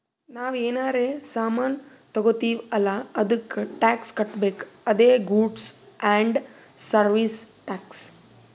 ನಾವ್ ಏನರೇ ಸಾಮಾನ್ ತಗೊತ್ತಿವ್ ಅಲ್ಲ ಅದ್ದುಕ್ ಟ್ಯಾಕ್ಸ್ ಕಟ್ಬೇಕ್ ಅದೇ ಗೂಡ್ಸ್ ಆ್ಯಂಡ್ ಸರ್ವೀಸ್ ಟ್ಯಾಕ್ಸ್